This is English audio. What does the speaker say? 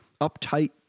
uptight